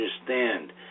understand